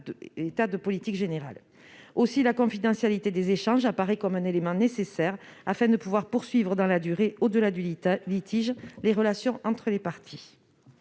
un principe général. Aussi, la confidentialité des échanges apparaît comme un élément nécessaire pour pouvoir poursuivre dans la durée, au-delà du litige, les relations entre les parties.